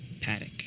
Paddock